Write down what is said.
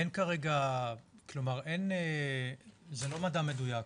זה לא מדע מדויק.